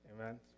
Amen